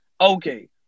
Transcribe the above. Okay